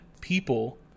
people